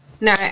No